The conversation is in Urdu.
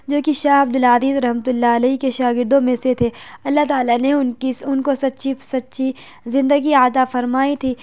جو کہ شاہ عبد العزیز رحمت اللہ علیہ کے شاگردوں میں سے تھے اللہ تعالیٰ نے ان کی ان کو سچی سچی زندگی عطا فرمائی تھی